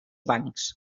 bancs